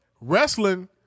wrestling